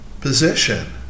position